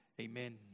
Amen